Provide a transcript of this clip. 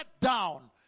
down